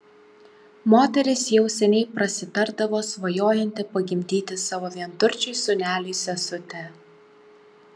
moteris jau seniai prasitardavo svajojanti pagimdyti savo vienturčiui sūneliui sesutę